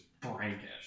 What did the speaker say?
Frankish